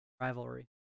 Rivalry